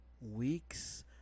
weeks